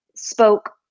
Spoke